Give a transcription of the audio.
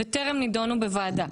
טרם נדונו בוועדה.